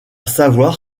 savoir